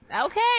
Okay